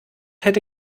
hätte